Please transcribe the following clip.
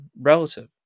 relative